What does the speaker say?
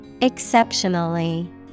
Exceptionally